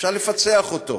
אפשר לפצח אותו,